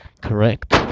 correct